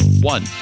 One